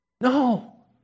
No